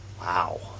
wow